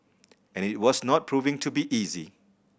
and it was not proving to be easy